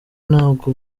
nabwo